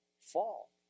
fall